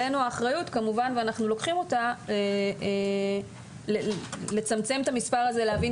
עלינו האחריות כמובן ואנחנו לוקחים אותה לצמצם את המספר הזה ולהבין